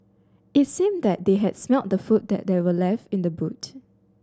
it seemed that they had smelt the food that were left in the boot